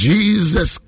Jesus